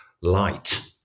light